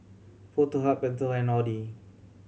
Foto Hub Pentel and Audi